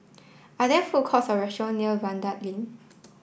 are there food courts or restaurant near Vanda Link